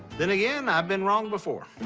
then again, i've been wrong before.